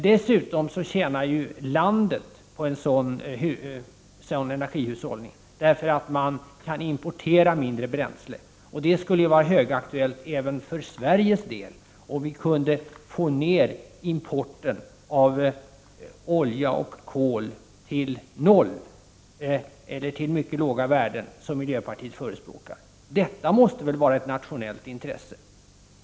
Dessutom tjänar landet på en sådan energihushållning, därför att man kan importera mindre bränsle. Det skulle vara högaktuellt även för Sveriges del, om vi kunde få ner importen av olja och kol till noll eller till mycket låga värden, som miljöpartiet förespråkar. Detta måste väl vara ett nationellt intresse.